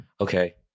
Okay